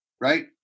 right